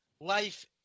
life-